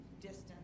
distance